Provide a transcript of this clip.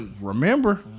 remember